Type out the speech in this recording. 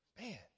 Man